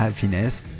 happiness. «